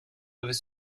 devait